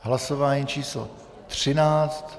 Hlasování číslo 13.